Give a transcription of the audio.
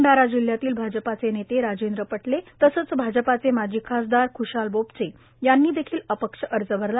भंडारा जिल्ह्यातील भाजपचे नेते राजेंद्र पटले तसंच भाजपाचे माजी खासदार ख्शाल बोपचे यांनी देखील अपक्ष अर्ज भरला